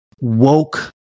woke